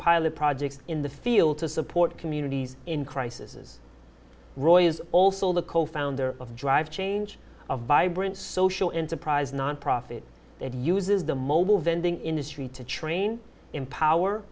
pilot projects in the field to support communities in crisis roy is also the co founder of drive change a vibrant social enterprise nonprofit that uses the mobile vending industry to train empower